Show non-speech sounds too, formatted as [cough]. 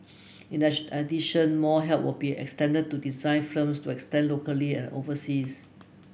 in [unintelligible] addition more help will be extended to design [unintelligible] to expand locally and overseas